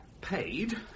paid